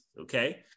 Okay